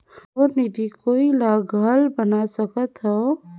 मोर निधि कोई ला घल बना सकत हो?